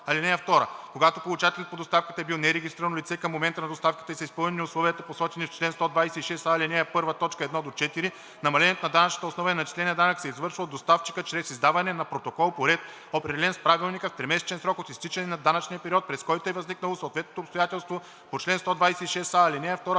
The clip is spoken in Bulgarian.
(2) Когато получателят по доставката е бил нерегистрирано лице към момента на доставката и са изпълнени условията, посочени в чл. 126а, ал. 1, т. 1 – 4, намалението на данъчната основа и на начисления данък се извършва от доставчика чрез издаване на протокол по ред, определен с правилника, в тримесечен срок от изтичане на данъчния период, през който е възникнало съответното обстоятелството по чл. 126а, ал. 2,